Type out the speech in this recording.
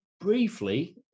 briefly